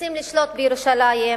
רוצים לשלוט בירושלים,